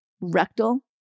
Rectal